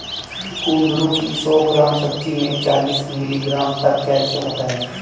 कुंदरू की सौ ग्राम सब्जी में चालीस मिलीग्राम तक कैल्शियम होता है